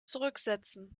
zurücksetzen